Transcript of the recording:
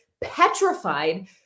petrified